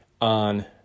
on